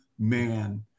man